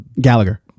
Gallagher